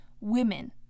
women